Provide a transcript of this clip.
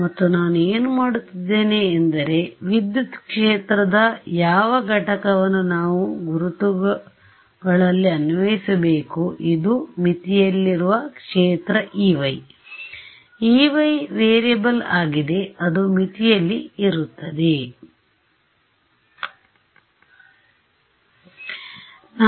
ಮತ್ತು ನಾನು ಏನು ಮಾಡುತ್ತಿದ್ದೇನೆ ಎಂದರೆ ವಿದ್ಯುತ್ ಕ್ಷೇತ್ರದ ಯಾವ ಘಟಕವನ್ನು ನಾವು ಗುರುತುಗಳಲ್ಲಿ ಅನ್ವಯಿಸಬೇಕು ಇದು ಮಿತಿಯಲ್ಲಿರುವ ಕ್ಷೇತ್ರ Ey Ey ವೇರಿಯೇಬಲ್ ಆಗಿದೆ ಅದು ಮಿತಿಯಲ್ಲಿ ಇರುತ್ತದೆ ಇರುತ್ತದೆ